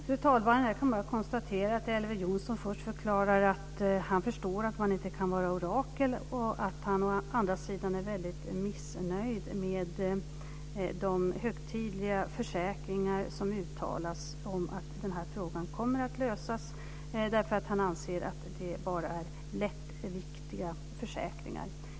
Fru talman! Jag kan bara konstatera att Elver Jonsson å ena sidan förklarar att han förstår att man inte kan uppträda som ett orakel, å andra sidan är väldigt missnöjd med de högtidliga försäkringar som uttalas om att den här frågan kommer att lösas. Han anser att det bara är fråga om lättviktiga försäkringar.